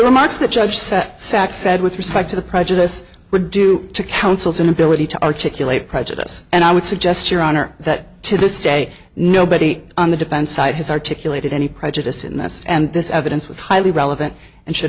remarks the judge said saxe said with respect to the prejudice were due to counsel's inability to articulate prejudice and i would suggest your honor that to this day nobody on the defense side has articulated any prejudice in this and this evidence was highly relevant and should